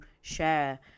share